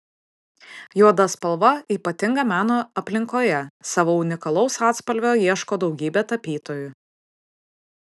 juoda spalva ypatinga meno aplinkoje savo unikalaus atspalvio ieško daugybė tapytojų